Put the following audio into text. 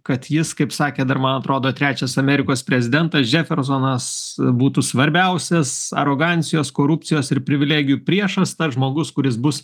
kad jis kaip sakė dar man atrodo trečias amerikos prezidentas džefersonas būtų svarbiausias arogancijos korupcijos ir privilegijų priešas tas žmogus kuris bus